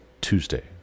Tuesday